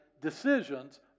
decisions